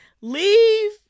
Leave